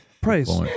Price